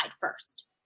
first